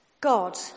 God